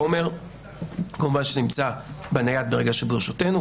חומר שנמצא בנייד ברגע שהוא ברשותנו,